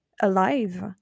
alive